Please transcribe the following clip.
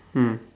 mm